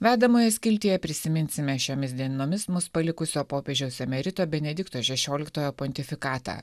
vedamojo skiltyje prisiminsime šiomis dienomis mus palikusio popiežiaus emerito benedikto šešioliktojo pontifikatą